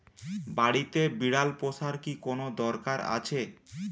বাড়িতে বিড়াল পোষার কি কোন দরকার আছে?